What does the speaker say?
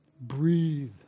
Breathe